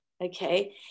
okay